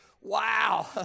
wow